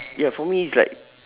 ya for me it's like